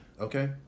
okay